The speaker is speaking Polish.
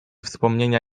wspomnienia